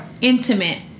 intimate